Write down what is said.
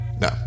No